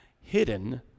hidden